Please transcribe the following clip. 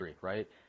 right